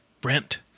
Brent